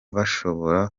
bashobora